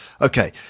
Okay